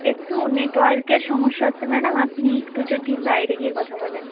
একটু নেটওয়র্কের সমস্যা হচ্ছে ম্যাডাম আপনি একটু যদি বাইরে গিয়ে কথা বলেন